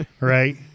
Right